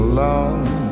Alone